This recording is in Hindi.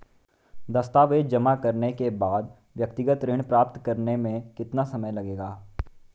दस्तावेज़ जमा करने के बाद व्यक्तिगत ऋण प्राप्त करने में कितना समय लगेगा?